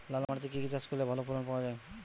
লাল মাটিতে কি কি চাষ করলে বেশি ফলন পাওয়া যায়?